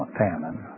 famine